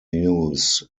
news